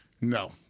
No